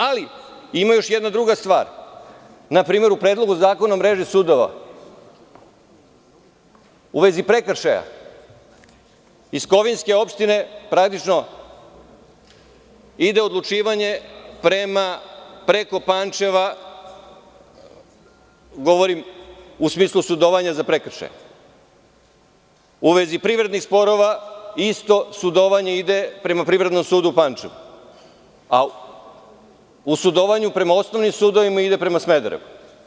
Ali, ima još jedna druga stvar, na primer u Predlogu zakona o mreži sudova u vezi prekršaja, iz Kovinske opštine, praktično, ide odlučivanje preko Pančeva, govorim u smislu sudovanja za prekršaje, u vezi privrednih sporova isto sudovanje prema Privrednom sudu u Pančevu, a u sudovanju prema osnovnim sudovima ide prema Smederevu.